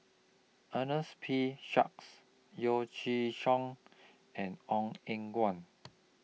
Ernest P Shanks Yeo Chee and Ong Eng Guan